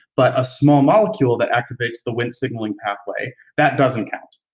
but a small molecule that activates the wind signaling pathway, that doesn't count?